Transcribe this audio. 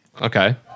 Okay